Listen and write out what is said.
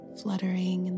fluttering